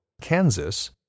Kansas